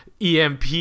EMP